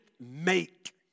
make